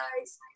guys